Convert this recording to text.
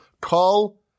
call